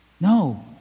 no